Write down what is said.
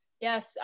Yes